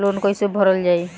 Loan कैसे भरल जाइ?